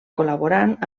col·laborant